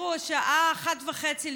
השעה 01:30,